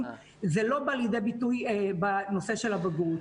זה לא בא לידי ביטוי בנושא של הבגרות.